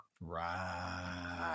right